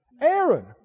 Aaron